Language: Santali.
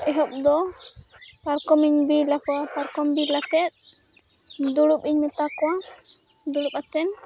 ᱮᱦᱚᱵᱫᱚ ᱯᱟᱨᱠᱚᱢᱤᱧ ᱵᱮᱞ ᱟᱠᱚᱣᱟ ᱯᱟᱨᱠᱚᱢ ᱵᱮᱞ ᱠᱟᱛᱮᱫ ᱫᱩᱲᱩᱵᱤᱧ ᱢᱮᱛᱟᱠᱚᱣᱟ ᱫᱩᱲᱩᱵ ᱠᱟᱛᱮᱱ